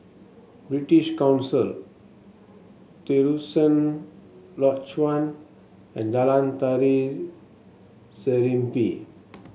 British Council Terusan Lodge One and Jalan Tari Serimpi